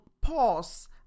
pause